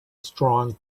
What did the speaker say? strong